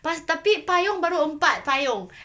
pas~ tapi payung baru empat payung